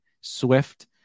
Swift